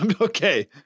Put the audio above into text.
okay